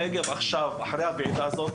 אחרי הוועידה הזו,